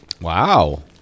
Wow